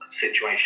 situation